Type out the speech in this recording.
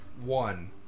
one